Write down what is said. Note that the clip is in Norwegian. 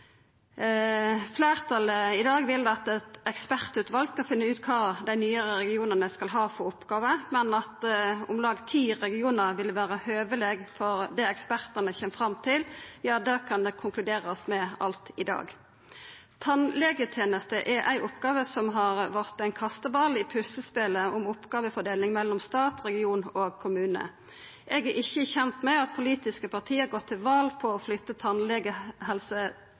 Fleirtalet vil at eit ekspertutval skal finna ut kva oppgåver dei nye regionane skal ha, men at om lag ti regionar vil vera høveleg for det ekspertane kjem fram til. Ja, det kan det konkluderast med alt i dag. Tannhelseteneste er ei oppgåve som har vorte ein kasteball i puslespelet om oppgåvefordeling mellom stat, region og kommune. Eg er ikkje kjend med at politiske parti har gått til val på å